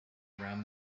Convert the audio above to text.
around